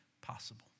possible